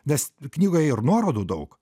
nes knygoje ir nuorodų daug